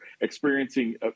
experiencing